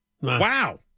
Wow